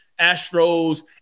Astros